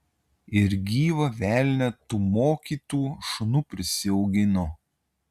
ir gyvą velnią tų mokytų šunų prisiaugino